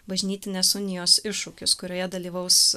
bažnytinės unijos iššūkis kurioje dalyvaus